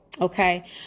Okay